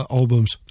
albums